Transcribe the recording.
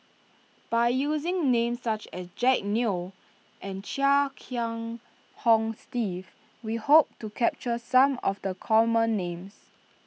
by using names such as Jack Neo and Chia Kiah Hong Steve we hope to capture some of the common names